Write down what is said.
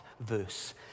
verse